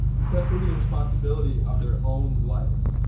instead of taking the responsibility of their own life,